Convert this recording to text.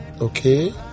Okay